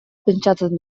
pentsatzen